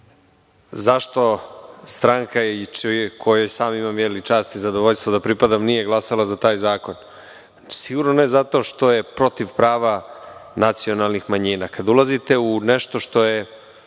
Zašto stranka kojoj imam čast i zadovoljstvo da pripadam nije glasala za taj zakon? Sigurno ne zato što je protiv prava nacionalnih manjina. Kada ulazite u nešto što je